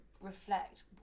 reflect